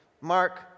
Mark